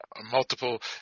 multiple